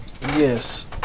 Yes